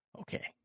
Okay